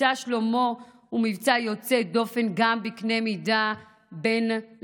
מבצע שלמה הוא מבצע יוצא דופן גם בקנה מידה בין-לאומי,